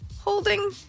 holding